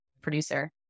producer